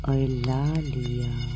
Eulalia